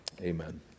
Amen